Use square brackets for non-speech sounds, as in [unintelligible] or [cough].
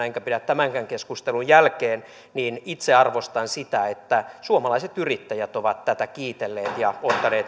[unintelligible] enkä pidä tämänkään keskustelun jälkeen niin itse arvostan sitä että suomalaiset yrittäjät ovat tätä kiitelleet ja ottaneet